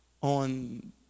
on